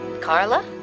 Carla